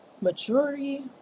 majority